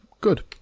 Good